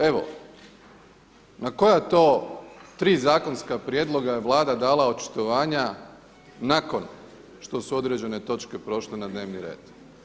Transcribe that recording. Evo na koja tri zakonska prijedloga je Vlada dala očitovanja nakon što su određene točke prošle na dnevni red.